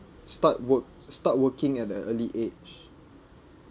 start work start working at a early age